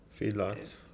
feedlots